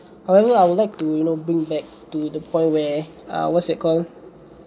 however I would like to you know bring back to the point where err what's it called